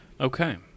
Okay